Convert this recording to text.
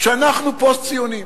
שאנחנו פוסט-ציונים.